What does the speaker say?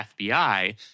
FBI